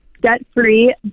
debt-free